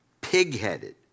pig-headed